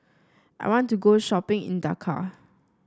I want to go shopping in Dakar